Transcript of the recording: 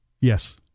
Yes